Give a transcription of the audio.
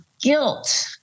guilt